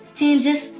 changes